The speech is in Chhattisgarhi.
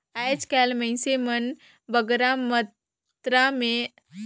आएज काएल मइनसे मन बगरा मातरा में धान पान ल घलो नी राखें मीसे कूटे कर पाछू